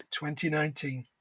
2019